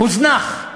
הוזנח.